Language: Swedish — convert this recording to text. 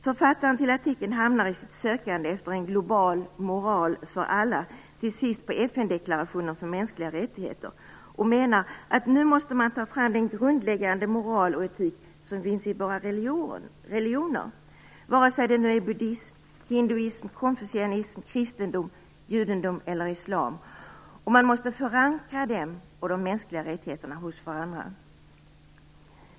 Författaren till artikeln hamnar i sitt sökande efter en global moral för alla till sist i FN-deklarationen för de mänskliga rättigheterna och menar att man nu måste ta fram den grundläggande moral och etik som finns i våra religioner, vare sig det nu är buddhism, hinduism, konfucianism, kristendom, judendom eller islam och att man måste förankra dem och de mänskliga rättigheterna hos varandra.